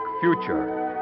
Future